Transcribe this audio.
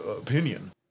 opinion